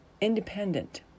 independent